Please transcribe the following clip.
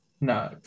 No